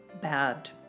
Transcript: bad